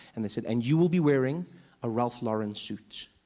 and they said, and you will be wearing a ralph lauren suit.